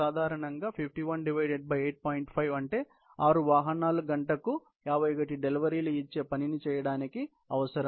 5 అంటే 6 వాహనాలు గంటకు 51 డెలివరీలు ఇచ్చే పనిని చేయడానికి అవసరం